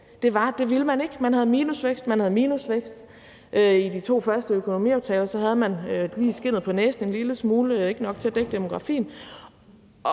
det ville man ikke. Man havde minusvækst og minusvækst i de to første økonomiaftaler, og så havde man lige skindet på næsen en lille smule, ikke nok til at dække demografien.